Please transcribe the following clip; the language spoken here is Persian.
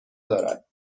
دارد